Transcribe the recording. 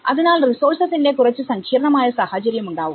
അതിനാൽ റിസോർസസിന്റെ കുറച്ചു സങ്കീർണ്ണമായ സാഹചര്യം ഉണ്ടാവും